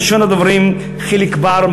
ראשון הדוברים, חיליק בר.